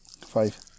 Five